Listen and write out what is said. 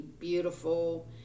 beautiful